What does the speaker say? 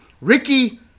Ricky